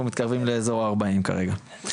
אנחנו מתקרבים לאזור ה- 40 כרגע,